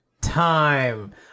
time